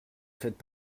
faites